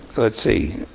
let's see.